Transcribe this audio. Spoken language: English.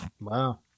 wow